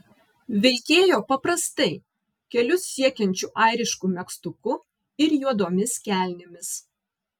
vilkėjo paprastai kelius siekiančiu airišku megztuku ir juodomis kelnėmis